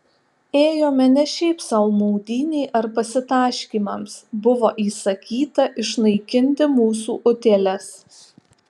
ėjome ne šiaip sau maudynei ar pasitaškymams buvo įsakyta išnaikinti mūsų utėles